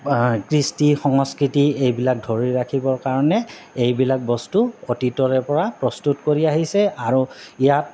কৃষ্টি সংস্কৃতি এইবিলাক ধৰি ৰাখিবৰ কাৰণে এইবিলাক বস্তু অতীতৰে পৰা প্ৰস্তুত কৰি আহিছে আৰু ইয়াত